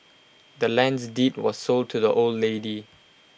the land's deed was sold to the old lady